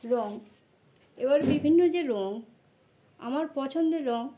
রং এবার বিভিন্ন যে রং আমার পছন্দের রং